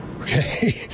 Okay